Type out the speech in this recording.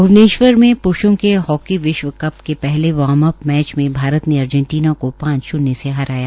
भ्वनेश्वर में प्रूषो के हाकी विश्व कप में पहले वार्मअप मैच में भारत ने अर्जेनटीना को पांच शून्य से हराया